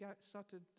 started